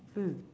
mm